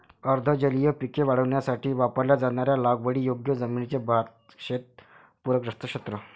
अर्ध जलीय पिके वाढवण्यासाठी वापरल्या जाणाऱ्या लागवडीयोग्य जमिनीचे भातशेत पूरग्रस्त क्षेत्र